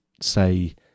say